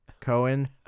Cohen